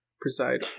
preside